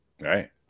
Right